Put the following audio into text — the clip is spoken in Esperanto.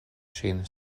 ŝin